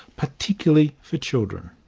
particularly for children.